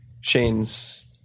Shane's